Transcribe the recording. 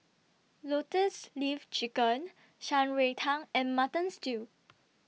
Lotus Leaf Chicken Shan Rui Tang and Mutton Stew